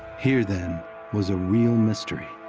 here then was a real mystery.